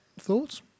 thoughts